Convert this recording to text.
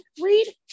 read